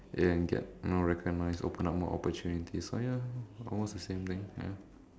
and get you know recognized open up more opportunities so ya almost the same thing ya